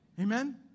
Amen